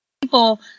people